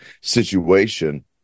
situation